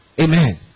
Amen